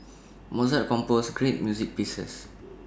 Mozart composed great music pieces